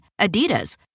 Adidas